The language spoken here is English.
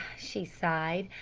she sighed,